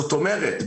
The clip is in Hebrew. זאת אומרת,